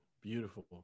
beautiful